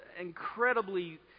incredibly